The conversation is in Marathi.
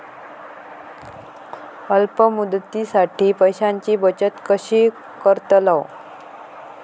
अल्प मुदतीसाठी पैशांची बचत कशी करतलव?